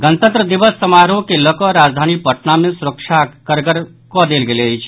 गणतंत्र दिवस समारोह के लऽ कऽ राजधानी पटना मे सुरक्षा कड़गड़ कऽ देल गेल अछि